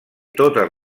totes